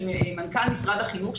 של מנכ"ל משרד החינוך,